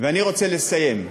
ואני רוצה לסיים,